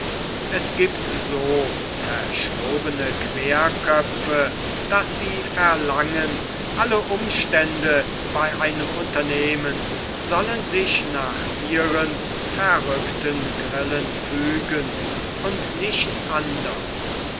es giebt so verschrobene queerköpfe daß sie verlangen alle umstände bei einem unternehmen sollen sich nach ihren verrückten grillen fügen und nicht anders